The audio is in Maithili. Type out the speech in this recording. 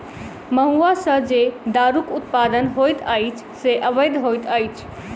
महुआ सॅ जे दारूक उत्पादन होइत अछि से अवैध होइत अछि